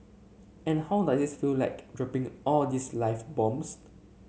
and how does its feel like dropping all these live bombs